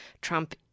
Trump